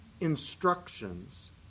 instructions